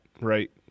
right